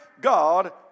God